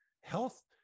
Health